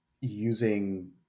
using